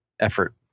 effort